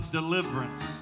deliverance